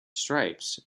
stripes